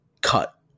cut